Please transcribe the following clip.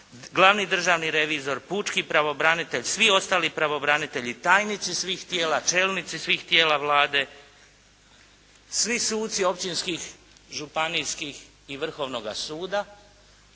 glavni državni revizor, pučki pravobranitelj, svi ostali pravobranitelji, tajnici svih tijela, čelnici svih tijela Vlade, svi suci općinskih, županijskih i Vrhovnoga suda.